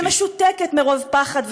שמשותקת מרוב פחד ושנאה,